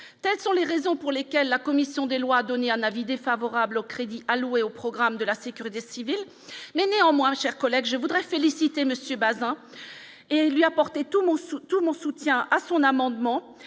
telles sont les raisons pour lesquelles la commission des lois a donné un avis défavorable aux crédits alloués au programme de la sécurité civile, mais néanmoins, chers collègues, je voudrais féliciter Monsieur Bazin et lui apporter tout Mossoul tout mon soutien à son amendement